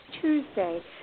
Tuesday